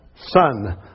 son